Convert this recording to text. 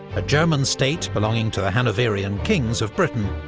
a german state belonging to the hanoverian kings of britain,